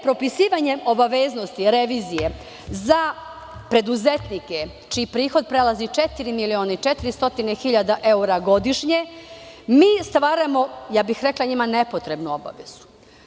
Propisivanje obaveznosti revizije za preduzetnike čiji prihod prelazi četiri miliona i 400 hiljada evra godišnje mi stvaramo njima, rekla bih, nepotrebnu obavezu.